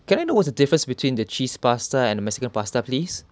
can I know what's the difference between the cheese pasta and the mexican pasta please